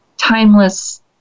Timeless